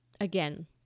again